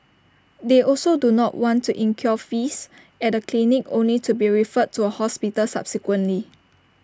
they also do not want to incur fees at A clinic only to be referred to A hospital subsequently